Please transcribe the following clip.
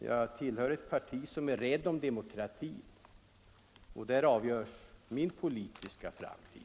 Jag tillhör ett parti där man är rädd om demokratin, och där avgörs min politiska framtid.